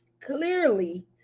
clearly